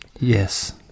Yes